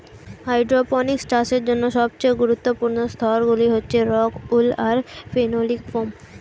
hydroponics চাষের জন্য সবচেয়ে গুরুত্বপূর্ণ স্তরগুলি হচ্ছে রক্ উল আর ফেনোলিক ফোম